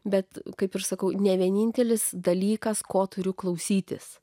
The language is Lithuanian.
bet kaip ir sakau ne vienintelis dalykas ko turiu klausytis